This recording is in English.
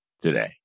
today